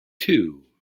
two